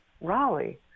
Raleigh